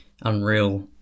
unreal